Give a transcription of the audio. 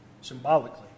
symbolically